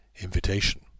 Invitation